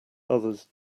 others